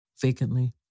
vacantly